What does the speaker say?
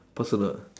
personal